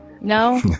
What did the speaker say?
No